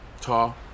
Tall